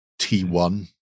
T1